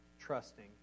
trusting